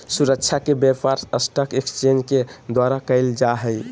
सुरक्षा के व्यापार स्टाक एक्सचेंज के द्वारा क़इल जा हइ